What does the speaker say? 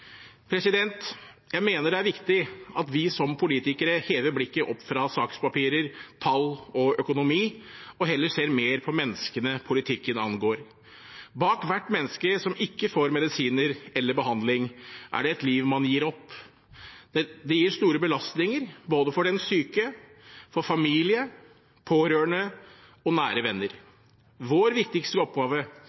Jeg mener det er viktig at vi som politikere hever blikket opp fra sakspapirer, tall og økonomi og heller ser mer på menneskene som politikken angår. Bak hvert menneske som ikke får medisiner eller behandling, er det et liv man gir opp. Det gir store belastninger for både den syke, familien, pårørende og nære venner. Vår viktigste oppgave